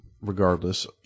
regardless